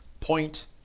point